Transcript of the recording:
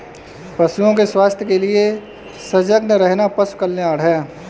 पशुओं के स्वास्थ्य के लिए सजग रहना पशु कल्याण है